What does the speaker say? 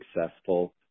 successful